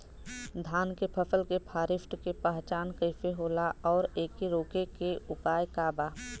धान के फसल के फारेस्ट के पहचान कइसे होला और एके रोके के उपाय का बा?